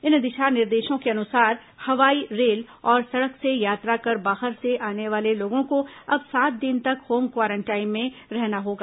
इन दिशा निर्देशों के अनुसार हवाई रेल और सड़क से यात्रा कर बाहर से वाले लोगों को अब सात दिन तक होम क्वारंटाइन में रहना होगा